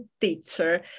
teacher